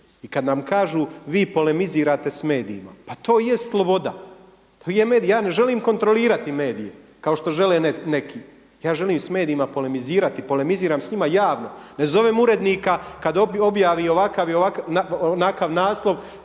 I kada nam kažu vi polemizirate s medijima, pa to i jest sloboda, to je medij, ja ne želim kontrolirati medije kao što žele neki, ja želim s medijima polemizirati i polemiziram s njima javno. Ne zovem urednika kada objavi ovakav ili